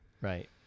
Right